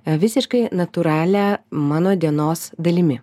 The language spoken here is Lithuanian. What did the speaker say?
visiškai natūralia mano dienos dalimi